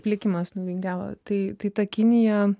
likimas nuvingiavo tai ta kinija